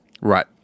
Right